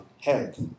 health